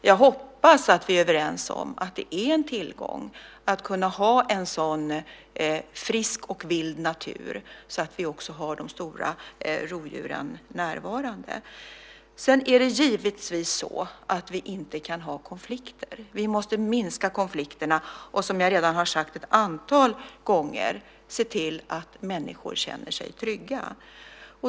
Jag hoppas att vi är överens om att det är en tillgång att kunna ha en så frisk och vild natur att vi också har de stora rovdjuren närvarande. Sedan är det givetvis så att vi inte kan ha konflikter. Vi måste minska konflikterna och, som jag redan har sagt ett antal gånger, se till att människor känner sig trygga.